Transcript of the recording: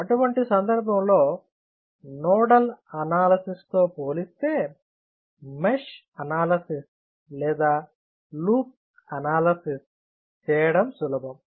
అటువంటి సందర్భంలో nodal analysis తో పోలిస్తే మెష్ అనాలసిస్ లేదా లూప్ అనాలసిస్ చేయడం సులభం